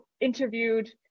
interviewed